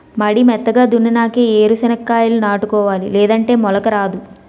మడి మెత్తగా దున్నునాకే ఏరు సెనక్కాయాలు నాటుకోవాలి లేదంటే మొలక రాదు